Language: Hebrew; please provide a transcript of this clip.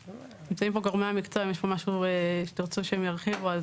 נמצאים פה גורמי המקצוע אם יש פה משהו שתרצו שהם ירחיבו,